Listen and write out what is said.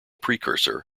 precursor